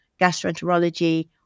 gastroenterology